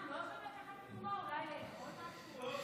אנחנו לא יכולים לקחת תנומה, אולי לאכול משהו?